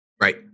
right